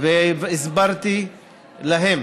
והסברתי להם